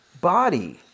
body